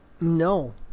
No